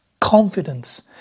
confidence